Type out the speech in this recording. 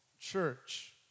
church